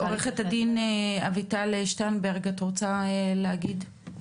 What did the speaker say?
עוה"ד אביטל שטרנברג, את רוצה להגיב?